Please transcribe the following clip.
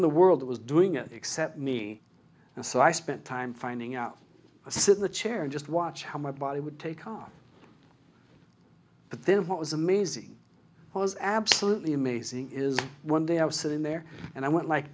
in the world was doing it except me and so i spent time finding out to sit in the chair and just watch how my body would take on but then what was amazing was absolutely amazing is one day i was sitting there and i went like